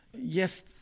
yes